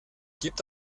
gibt